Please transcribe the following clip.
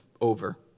over